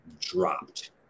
dropped